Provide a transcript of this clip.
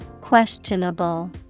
Questionable